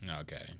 Okay